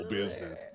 business